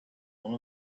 one